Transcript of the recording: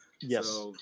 Yes